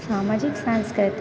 सामाजिक संस्कृति